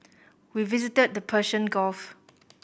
we visited the Persian Gulf